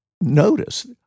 notice